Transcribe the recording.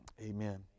amen